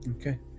okay